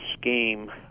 scheme